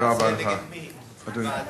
עשייה נגד מי, או בעד מי?